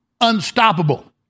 unstoppable